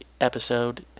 episode